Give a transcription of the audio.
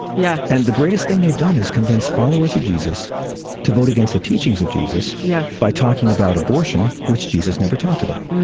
yeah. and the greatest thing they've done is convince followers of jesus to vote against the teachings of jesus. yeah. by talking about abortion which jesus never talked about.